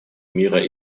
мира